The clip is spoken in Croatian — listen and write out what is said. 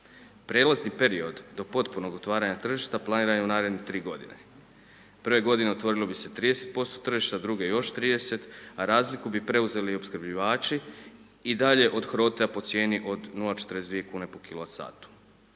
Prijelazni period do potpunog otvaranja tržišta planiran je u naredne 3 g. prve g. otvorilo bi se 30% tržišta, druge još 30 a razliku bi preuzeli opskrbljivači i dalje od hrota po cijeni od 0,42 kn po